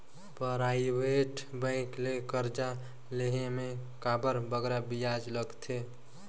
private bank ले करजा लेहे में काबर बगरा बियाज लगथे